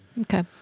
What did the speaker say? Okay